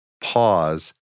pause